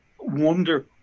wonder